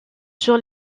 sur